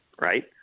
right